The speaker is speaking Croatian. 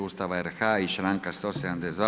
Ustava RH i članka 172.